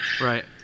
Right